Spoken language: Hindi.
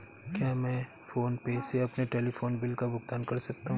क्या मैं फोन पे से अपने टेलीफोन बिल का भुगतान कर सकता हूँ?